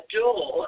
door